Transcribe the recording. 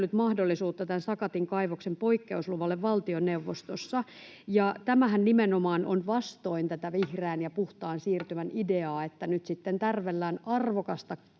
mahdollisuutta Sakatin kaivoksen poikkeusluvalle valtioneuvostossa, ja tämähän nimenomaan on vastoin vihreän ja puhtaan siirtymän ideaa, että nyt sitten tärvellään arvokasta,